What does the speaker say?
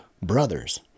Brothers